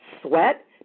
sweat